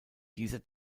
dieser